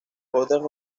otras